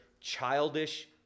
childish